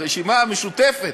הרשימה המשותפת,